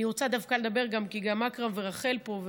אני רוצה דווקא לדבר כי גם אכרם ורחל פה,